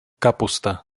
kapusta